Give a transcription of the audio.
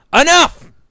Enough